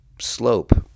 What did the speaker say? slope